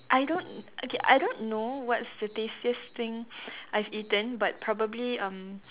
I don't okay I don't know what's the tastiest thing I've eaten but probably um